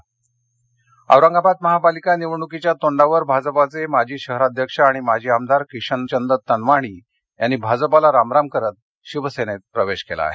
शिवसेना प्रवेश औरंगाबाद महापालिका निवडणूकीच्या तोंडावर भाजपाचे माजी शहराध्यक्ष आणि माजी आमदार किशनचंद तनवाणी यांनी भाजपाला रामराम करत शिवसेनेत प्रवेश केला आहे